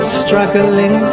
struggling